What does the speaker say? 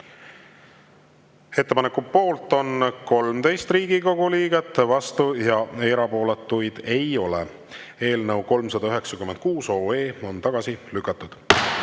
Ettepaneku poolt on 13 Riigikogu liiget, vastuolijaid ja erapooletuid ei ole. Eelnõu 396 on tagasi lükatud.